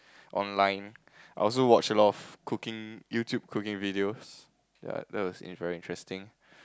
online I also watch a lot of cooking YouTube cooking videos ya that was in very interesting